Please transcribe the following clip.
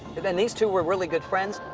then these two were really good friends?